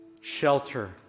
shelter